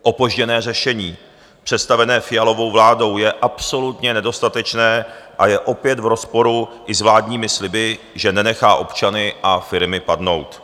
Opožděné řešení představené Fialovou vládou je absolutně nedostatečné a je opět v rozporu i s vládními sliby, že nenechá občany a firmy padnout.